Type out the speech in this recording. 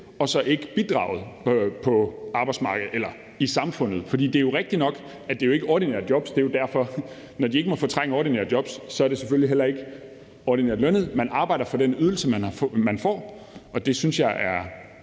og så ikke bidrage på arbejdsmarkedet eller i samfundet. Det er jo rigtigt nok, at det ikke er ordinære jobs. Når det ikke må fortrænge ordinære jobs, er man selvfølgelig heller ikke ordinært lønnet; man arbejder for den ydelse, man får, og det synes jeg er